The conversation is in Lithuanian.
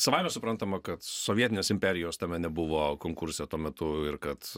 savaime suprantama kad sovietinės imperijos tame nebuvo konkurse tuo metu ir kad